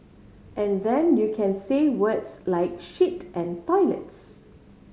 and then you can say words like shit and toilets